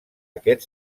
aquest